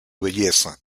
belleza